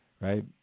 Right